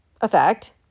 effect